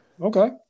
Okay